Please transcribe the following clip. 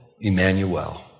Emmanuel